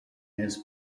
his